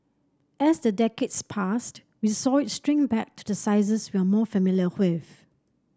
as the decades passed we saw it shrink back to the sizes we are more familiar with